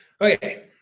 Okay